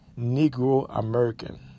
Negro-American